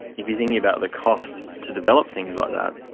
if you're thinking about the cost to develop things like that,